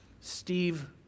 Steve